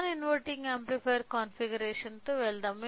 non inverting amplifier కాన్ఫిగరేషన్తో వెళ్దాం